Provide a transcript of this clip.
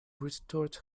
restores